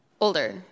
Older